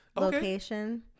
location